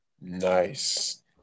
Nice